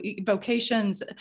vocations